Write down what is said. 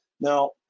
Now